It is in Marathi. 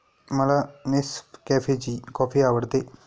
मला नेसकॅफेची कॉफी आवडते